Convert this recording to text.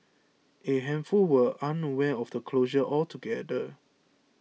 a handful were unaware of the closure altogether